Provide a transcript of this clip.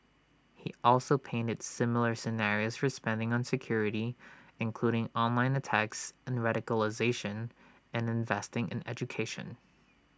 he also painted similar scenarios for spending on security including online attacks and radicalisation and investing in education